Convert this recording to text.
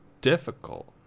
difficult